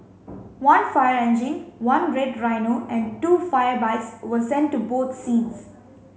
one fire engine one red rhino and two fire bikes were sent to both scenes